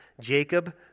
Jacob